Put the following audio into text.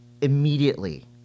immediately